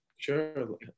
sure